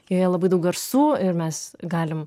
joje labai daug garsų ir mes galim